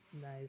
Nice